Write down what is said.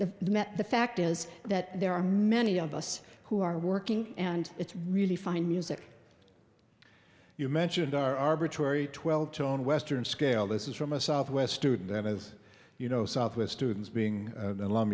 met the fact is that there are many of us who are working and it's really fine music you mentioned arbitrary twelve tone western scale this is from a southwest student that has you know southwest students being alum